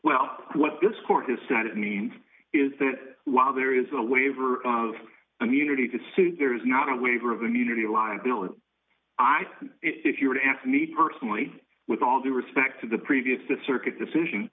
well what this court has said it means is that while there is a waiver of immunity to suit there is not a waiver of the immunity liability i think if you were to ask me personally with all due respect to the previous th circuit decision